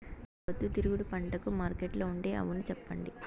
పొద్దుతిరుగుడు పంటకు మార్కెట్లో ఉండే అవును చెప్పండి?